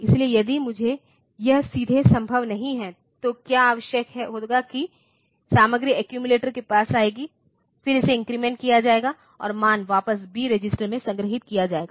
इसलिए यदि मुझे यह सीधे संभव नहीं है तो क्या आवश्यक होगा कि बी सामग्री एक्यूमिलेटर के पास आएगी फिर इसे इन्क्रीमेंट किया जायेगा और मान वापस बी रजिस्टर में संग्रहीत किया जाएगा